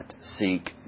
seek